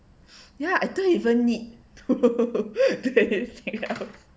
ya I don't even need to to